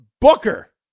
Booker